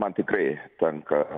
man tikrai tenka